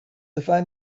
define